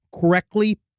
correctly